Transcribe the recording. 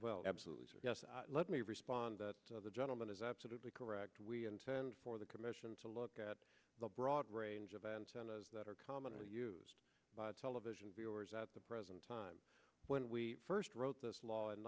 well absolutely yes let me respond that the gentleman is absolutely correct we intend for the commission to look at the broad range of antennas that are commonly used by television viewers at the present time when we first wrote this law in